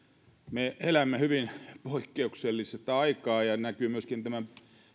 me elämme hyvin poikkeuksellista aikaa ja se näkyy myöskin tämän